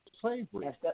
slavery